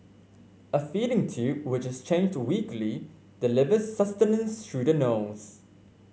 a feeding tube which is changed weekly delivers sustenance through the nose